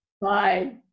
Bye